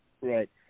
Right